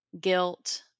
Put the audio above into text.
guilt